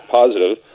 positive